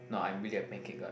no I'm really a pancake god